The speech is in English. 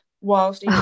whilst